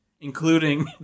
including